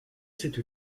cette